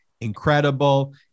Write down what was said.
incredible